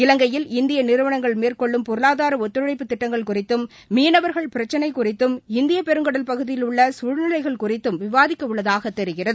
இலங்கையில் இந்திய நிறுவனங்கள் மேற்கொள்ளும் பொருளாதார ஒத்துழைப்பு திட்டங்கள் குறித்தும் மீனவா்கள் பிரச்சினை குறித்தும் இந்திய பெருங்கடல் பகுதியில் உள்ள சூழ்நிலைகள் குறித்தும் விவாதிக்க உள்ளதாக தெரிகிறது